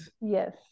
yes